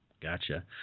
Gotcha